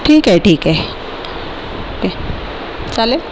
ठीक आहे ठीक आहे चालेल